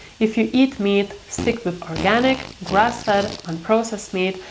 if you eat meat, stick with organic, grass fed, unprocessed meat,